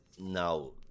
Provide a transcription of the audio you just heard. now